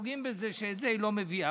את זה היא לא מביאה.